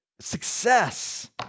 success